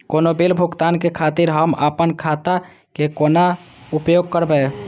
कोनो बील भुगतान के खातिर हम आपन खाता के कोना उपयोग करबै?